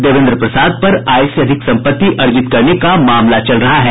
देवेन्द्र प्रसाद पर आय से अधिक सम्पत्ति अर्जित करने का मामला चल रहा है